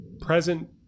present